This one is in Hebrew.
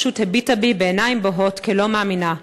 פשוט הביטה בי בעיניים בוהות כלא מאמינה.